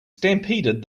stampeded